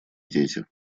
дети